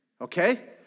okay